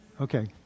Okay